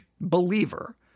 believer